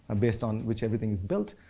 based on which everything is built.